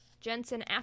Jensen